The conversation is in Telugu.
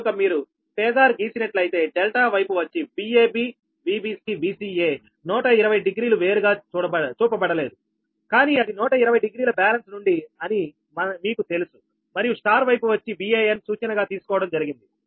కనుక మీరు ఫేజార్ గీసినట్లు అయితే డెల్టా వైపు వచ్చి Vab Vbc Vca 120 డిగ్రీలు వేరుగా చూపబడలేదుకానీ అది 120 డిగ్రీల బ్యాలెన్స్ నుండి అని మీకు తెలుసు మరియు స్టార్ వైపు వచ్చి VAn సూచనగా తీసుకోవడం జరిగింది